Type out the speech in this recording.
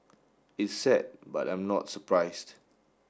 it's sad but I'm not surprised